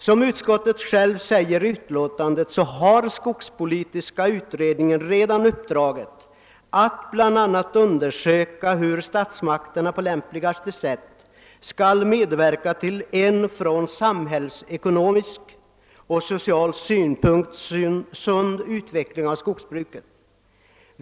Som utskottet framhåller i sitt utlåtande har skogspolitiska utredningen redan uppdraget att bl.a. undersöka hur statsmakterna på lämpligaste sätt skall medverka till en från samhällsekonomisk och social synpunkt sund utveckling av skogsbruket.